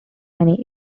many